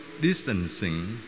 distancing